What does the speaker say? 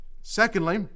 Secondly